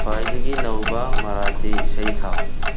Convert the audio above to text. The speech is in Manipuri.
ꯈ꯭ꯋꯥꯏꯗꯒꯤ ꯅꯧꯕ ꯃꯔꯥꯊꯤ ꯏꯁꯩ ꯊꯥꯎ